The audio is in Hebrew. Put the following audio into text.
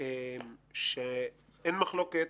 שאין מחלוקת,